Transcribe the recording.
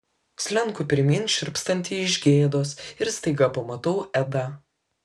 slenku pirmyn šiurpstanti iš gėdos ir staiga pamatau edą